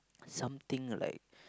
something like